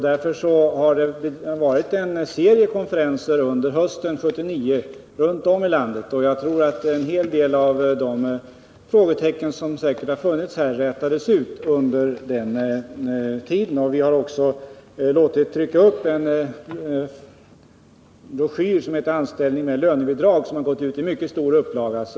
Därför har det varit en serie konferenser under hösten 1979 runt om i landet, och jag tror att en hel del av de frågetecken som säkert har funnits har klarlagts under den tiden. Vi har också låtit trycka en broschyr som heter Anställning med lönebidrag, som har gått ut i mycket stor upplaga.